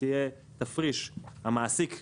ואז בעצם המעסיק שלה,